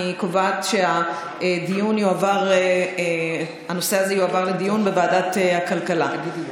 אני קובעת שהנושא הזה יועבר לדיון בוועדת הכלכלה.